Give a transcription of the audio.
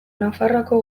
nafarroako